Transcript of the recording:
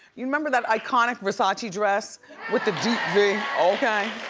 you remember that iconic versace dress with the deep v? okay.